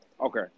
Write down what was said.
Okay